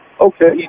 okay